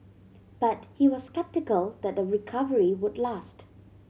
but he was sceptical that the recovery would last